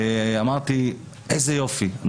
אמרתי: איזה יופי,